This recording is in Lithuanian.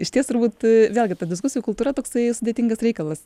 išties turbūt vėlgi ta diskusijų kultūra toksai sudėtingas reikalas